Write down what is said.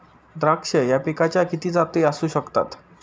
द्राक्ष या पिकाच्या किती जाती असू शकतात?